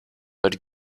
but